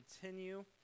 continue